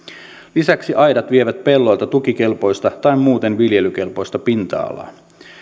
lisäksi aidat vievät pelloilta tukikelpoista tai muuten viljelykelpoista pinta alaa